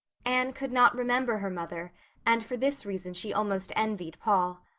anne could not remember her mother and for this reason she almost envied paul.